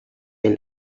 been